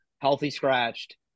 healthy-scratched